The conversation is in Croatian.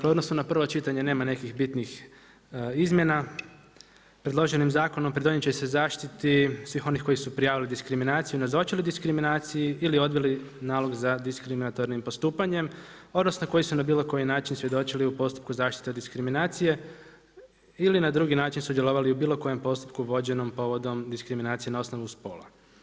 U odnosu na prvo čitanje nema nekih bitnih izmjena, predloženim zakonom pridonijeti će se zaštiti svih onih koji su prijavili diskriminaciju, nazočili diskriminaciji ili odbili nalog za diskriminatornim postupanjem odnosno koji su na bilo koji način svjedočili u postupku zaštite od diskriminacije ili na drugi način sudjelovali u bilo kojem postupku vođenom povodom diskriminacije na osnovu spola.